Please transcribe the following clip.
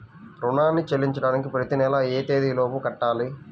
రుణాన్ని చెల్లించడానికి ప్రతి నెల ఏ తేదీ లోపు కట్టాలి?